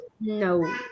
No